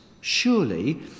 surely